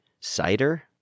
cider